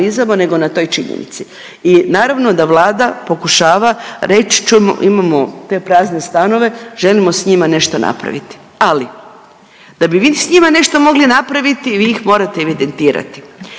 nego na toj činjenici i naravno da Vlada pokušava reć čuj imamo te prazne stanove, želimo s njima nešto napraviti, ali da bi vi s njima nešto mogli napraviti vi ih morate evidentirati